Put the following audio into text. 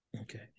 Okay